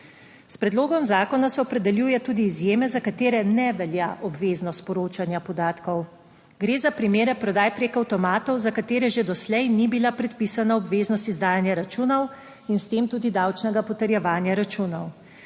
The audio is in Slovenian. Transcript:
– 15.30** (nadaljevanje) tudi izjeme za katere ne velja obveznost sporočanja podatkov. Gre za primere prodaje preko avtomatov, za katere že doslej ni bila predpisana obveznost izdajanja računov in s tem tudi davčnega potrjevanja računov.